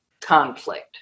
conflict